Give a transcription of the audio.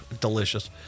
delicious